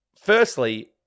firstly